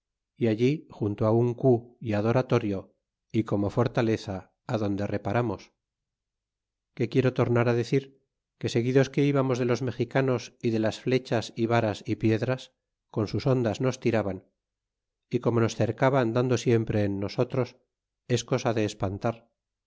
y allí junto a un cu é adoratorio y como fortaleza adonde reparamos que quiero tornar á decir que seguidos que íbamos de los mexicanos y de las flechas y varas y piedras con sus hondas nos tiraban y como nos cercaban dando siempre en nosotros es cosa de espantar